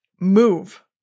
move